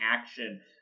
action